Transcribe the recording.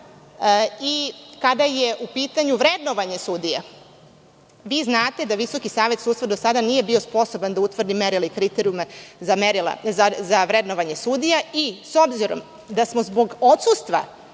kada je u pitanju vrednovanje sudija. Vi znate da Visoki savet sudstva do sada nije bio sposoban da utvrdi merila i kriterijume za vrednovanje sudija i s obzirom da smo zbog odsustva